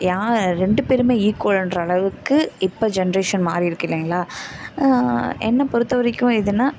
யார் ரெண்டுபேருமே ஈக்குவல்ங்ற அளவுக்கு இப்போ ஜென்ரேஷன் மாறியிருக்கு இல்லைங்களா என்னை பொறுத்தவரைக்கும் எதுனால்